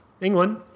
England